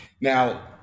Now